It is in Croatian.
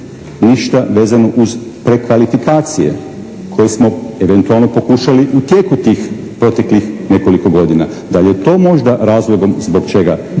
ništa vezano uz prekvalifikacije koje smo eventualno pokušali u tijeku tih proteklih nekoliko godina. Da li je to možda razlogom zbog čega